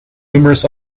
numerous